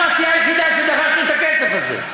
אבל אנחנו הסיעה היחידה שדרשה את הכסף הזה.